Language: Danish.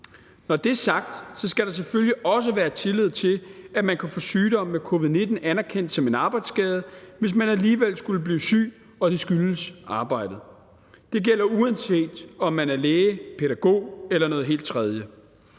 Når det er sagt, skal der selvfølgelig også være tillid til, at man kan få sygdom med covid-19 anerkendt som en arbejdsskade, hvis man alligevel skulle bliver syg og det skyldes arbejdet. Det gælder, uanset om man er læge, pædagog eller noget helt tredje.